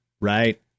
Right